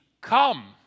come